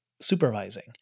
supervising